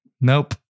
Nope